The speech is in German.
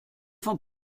von